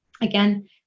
Again